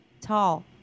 tall